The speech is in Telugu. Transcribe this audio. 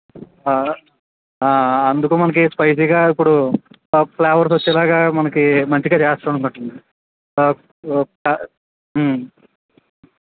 ఆ అందుకు మనకు స్పైసీగా ఇప్పుడు ఫ్లేవర్స్ వచ్చేలాగా మనకు మంచిగా చేస్తాం అండి